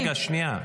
רגע, שנייה.